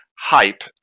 hype